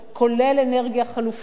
כולל אנרגיה חלופית,